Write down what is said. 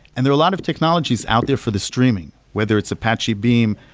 and there are a lot of technologies out there for the streaming, whether it's apache beam,